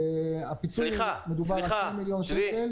כשאתה אומר שני מיליון שקלים